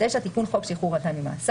29. תיקון חוק שחרור על תנאי ממאסר.